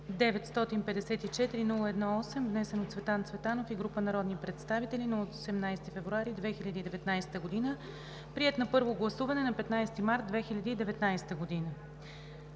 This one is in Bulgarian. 954-01-8, внесен от Цветан Цветанов и група народни представители нa 18 февруари 2019 г., приет на първо гласуване на 15 март 2019 г.“